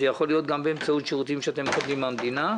זה יכול להיות גם באמצעות שירותים שאתם מקבלים מן המדינה.